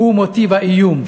הוא מוטיב האיום,